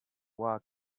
war